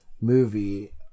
movie